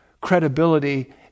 credibility